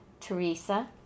Teresa